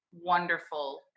wonderful